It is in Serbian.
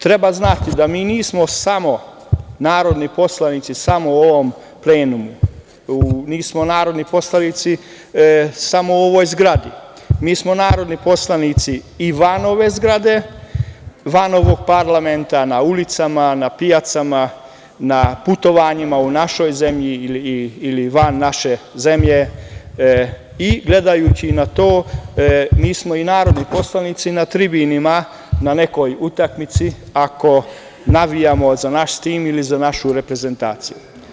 Treba znati da mi nismo samo narodni poslanici samo u ovom plenumu, samo u ovoj zgradi, mi smo narodni poslanici i van ove zgrade, van parlamenta, na ulicama, na pijacama, na putovanjima u našoj zemlji ili van nje i gledajući na to, mi smo i narodni poslanici na tribinama, na nekoj utakmici, ako navijamo za naš tim ili za našu reprezentaciju.